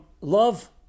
love